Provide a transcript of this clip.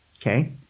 Okay